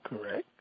Correct